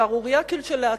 שערורייה כשלעצמה,